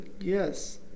Yes